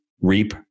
reap